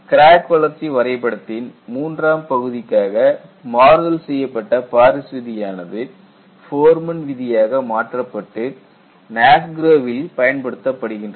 கிராக்வளர்ச்சி வரைபடத்தின் III ஆம் பகுதிக்காக மாறுதல் செய்யப்பட்ட பாரிஸ் விதி யானது ஃபோர்மேன் விதியாக மாற்றப்பட்டு NASGROW வில் பயன்படுத்தப்படுகின்றது